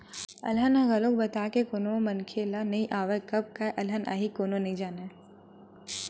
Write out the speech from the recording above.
अलहन ह घलोक बता के कोनो मनखे ल नइ आवय, कब काय अलहन आही कोनो नइ जानय